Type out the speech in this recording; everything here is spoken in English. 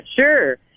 Sure